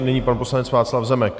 Nyní pan poslanec Václav Zemek.